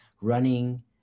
running